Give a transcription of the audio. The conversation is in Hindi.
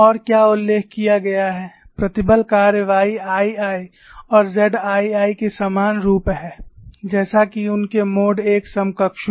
और क्या उल्लेख किया गया है प्रतिबल कार्य YII और ZII के समान रूप है जैसा कि उनके मोड I समकक्षों